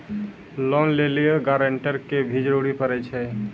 Loan लै लेली guarantor के भी जरूरी पड़ै छै?